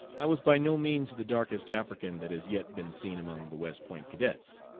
i was by no means the darkest african that has yet been seen among the west point cadets.